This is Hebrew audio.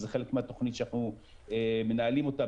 וזה חלק מהתוכנית שאנחנו מנהלים אותה,